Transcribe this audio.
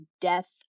death